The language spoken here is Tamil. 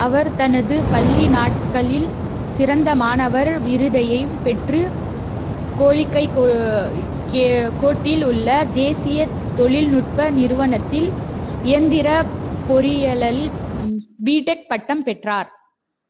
அவர் தனது பள்ளி நாட்களில் சிறந்த மாணவர் விருதையும் பெற்று கோழிக்கை கோட்டில் உள்ள தேசிய தொழில்நுட்ப நிறுவனத்தில் இயந்திரப் பொறியியலில் பிடெக் பட்டம் பெற்றார்